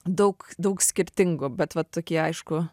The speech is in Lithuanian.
daug daug skirtingų bet va tokie aišku